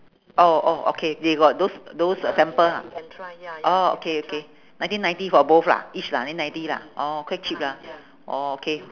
oh oh okay they got those those uh sample ah orh okay okay nineteen ninety for both lah each lah nine ninety lah orh quite cheap lah orh okay